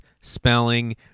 spelling